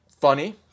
funny